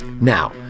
Now